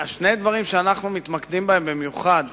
שני דברים שאנחנו מתמקדים בהם במיוחד,